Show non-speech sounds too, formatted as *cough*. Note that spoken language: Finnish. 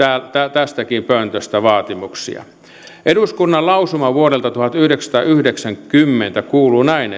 tästäkin pöntöstä vaatimuksia eduskunnan lausuma vuodelta tuhatyhdeksänsataayhdeksänkymmentä kuuluu näin *unintelligible*